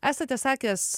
esate sakęs